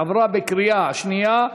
עברה בקריאה שנייה.